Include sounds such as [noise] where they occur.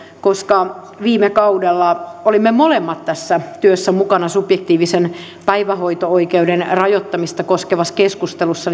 koska viime kaudella olimme molemmat tässä työssä mukana subjektiivisen päivähoito oikeuden rajoittamista koskevassa keskustelussa [unintelligible]